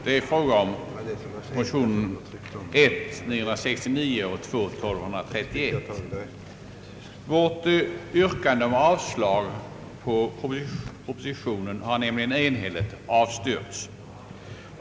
Det är fråga om motionerna I: 969 och II: 1231. Vårt yrkande om avslag på propositionen har nämligen enhälligt avstyrkts.